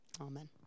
Amen